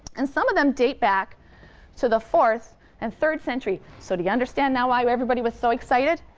and some of them date back to the fourth and third century. so do you understand now why everybody was so excited?